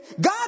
God